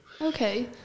Okay